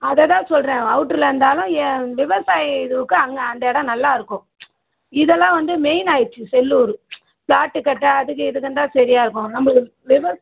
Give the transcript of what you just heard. அதைதான் சொல்லுறேன் அவுட்ரு இருந்தாலும் ஏ விவசாயி இதுவுக்கு அங்கே அந்த இடம் நல்லா இருக்கும் இதெல்லாம் வந்து மெயினாயிடுச்சு செல்லூர் ஃப்ளாட்டு கட்ட அதுக்கு இதுக்குன்னு தான் சரியா இருக்கும் நம்பளுக்கு விவ